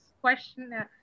question